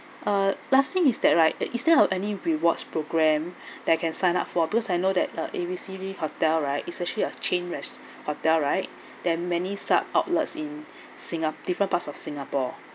uh last thing is that right uh is there of any rewards programme that I can sign up for because I know that uh A B C D hotel right is actually a chain res~ hotel right then many sub outlets in singa~ different parts of singapore